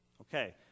okay